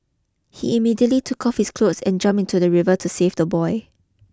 he immediately took off his cloth and jump into the river to save the boy